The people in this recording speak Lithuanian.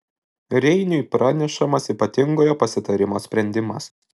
reiniui pranešamas ypatingojo pasitarimo sprendimas